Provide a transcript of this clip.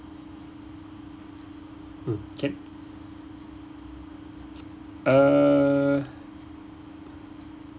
mm can uh